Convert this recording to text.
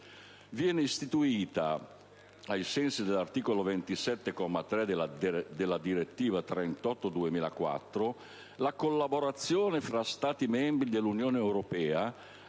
Viene istituita, ai sensi dell'articolo 27, comma 3, della direttiva n. 38 del 2004, la collaborazione fra Stati membri dell'Unione europea